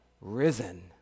risen